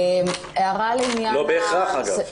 לא בהכרח, אגב.